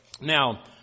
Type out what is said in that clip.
Now